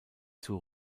zur